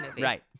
right